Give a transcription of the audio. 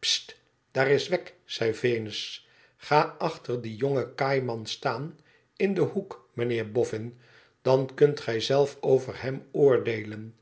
sst daar is wegg zei venus ga achter dien jongen kaaiman staan in den hoek mijnheer boffin dan kunt gij zelf over hem oordeelen